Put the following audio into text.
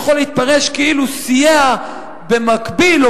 זה יכול להתפרש כאילו סייע במקביל או